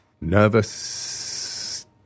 Nervous